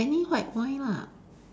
any white wine lah